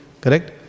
Correct